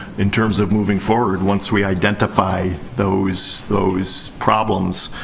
in terms of moving forward, once we identify those those problems,